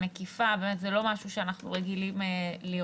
זה באמת לא משהו שאנחנו רגילים לראות.